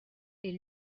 est